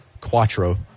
Quattro